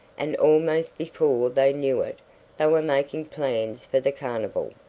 and almost before they knew it they were making plans for the carnival.